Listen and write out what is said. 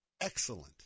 excellent